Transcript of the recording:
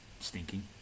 stinking